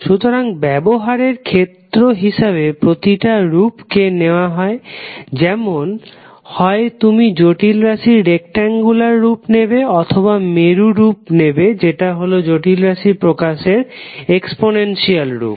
সুতরাং ব্যবহারের ক্ষেত্র হিসাবে প্রতিটা রূপকে নেওয়া হয় যেমন হয় তুমি জটিল রাশির রেকট্যাংগুলার রূপ নেবে অথবা মেরু রূপ যেটা হলো জটিল সংখ্যা প্রকাশের এক্সপোনেনসিয়াল রূপ